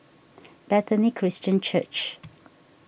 Bethany Christian Church